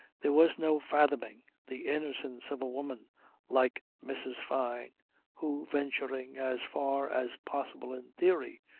there was no fathoming the innocence of a woman like mrs. fyne who, venturing as far as possible in theory,